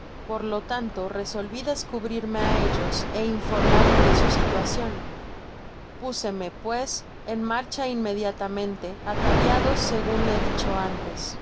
por lo tanto resolvi descubrirme á olios é infor marme de su situacion pliseme pues en marcha inmediatamente ataviado segun he dicho antes